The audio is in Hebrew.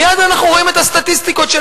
מייד אנחנו רואים את הסטטיסטיקות של